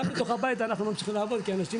גם בתוך הבית אנחנו ממשיכים לעבוד כי אנשים